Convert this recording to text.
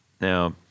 Now